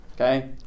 okay